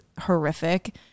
horrific